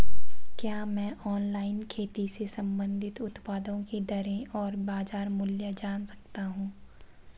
क्या मैं ऑनलाइन खेती से संबंधित उत्पादों की दरें और बाज़ार मूल्य जान सकता हूँ?